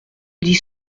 dit